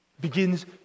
begins